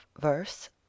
verse